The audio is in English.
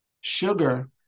Sugar